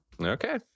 Okay